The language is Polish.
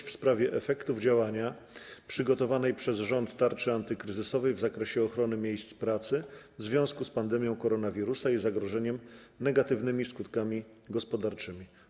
Jest to pytanie w sprawie efektów działania przygotowanej przez rząd tarczy antykryzysowej w zakresie ochrony miejsc pracy w związku z pandemią koronawirusa i zagrożeniem negatywnymi skutkami gospodarczymi.